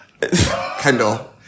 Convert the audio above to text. Kendall